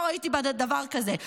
לא ראיתי דבר כזה.